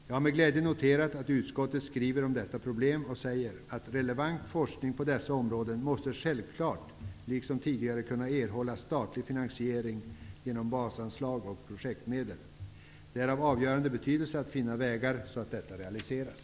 Jag har med glädje noterat att utskottet skriver om detta problem och säger att relevant forskning på dessa områden självfallet liksom tidigare måste kunna erhålla statlig finansiering genom basanslag och projektmedel. Det är av avgörande betydelse att vi finner vägar så att detta realiseras.